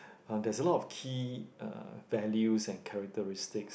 uh there's a lot key uh values and characteristics